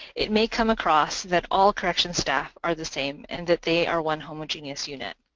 it may come across that all corrections staff are the same and that they are one homogenous unit.